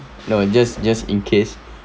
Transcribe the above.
no just just in case